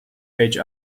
page